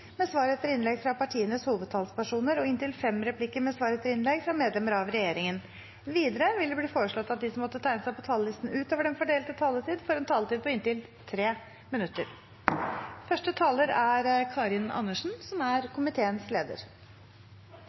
med svar etter innlegg fra partienes hovedtalspersoner og inntil fem replikker med svar etter innlegg fra medlemmer av regjeringen. Videre vil de som måtte tegne seg på talerlisten utover den fordelte taletid, få en taletid på inntil 3 minutter. For SV er god kommuneøkonomi et verdivalg fordi det handler om den viktige tryggheten i livene våre. Det handler om at det er